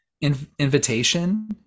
invitation